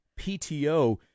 PTO